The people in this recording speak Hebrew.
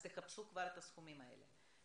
אז תחפשו כבר את הסכומים האלה,